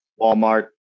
Walmart